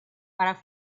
para